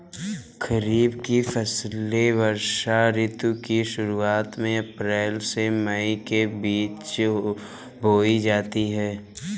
खरीफ की फसलें वर्षा ऋतु की शुरुआत में अप्रैल से मई के बीच बोई जाती हैं